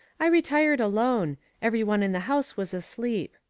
i retired alone every one in the house was asleep.